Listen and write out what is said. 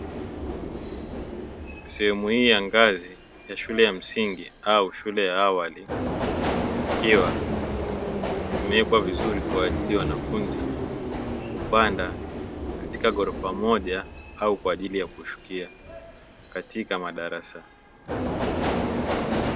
Sehemu hii ya ngazi ya shule ya msingi au shule ya awali ikiwa imewekwa vizuri kwa ajili ya wanafunzi kupanda katika gorofa moja au kwa ajili ya kushukia katika madarasa.